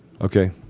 Okay